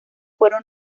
fueron